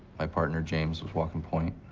my partner, james was walking point.